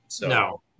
No